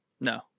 No